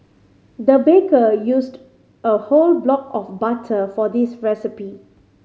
the baker used a whole block of butter for this recipe